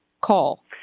call